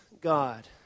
God